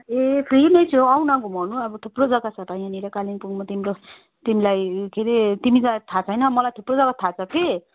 ए free नै छु आउन घुमाउनु अब थुप्रो जग्गा छ त यहाँनिर कालिम्पोङमा तिम्रो तिमलाई के अरे तिमीलाई थाहा छैन मलाई थुप्रो जग्गा थाहा छ कि